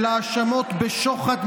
של האשמות בשוחד,